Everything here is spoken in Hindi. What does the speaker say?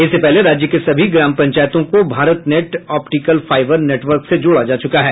इससे पहले राज्य के सभी ग्राम पंचायतों को Bharat Net optical fibre network से जोड़ा जा चुका है